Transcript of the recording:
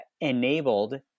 enabled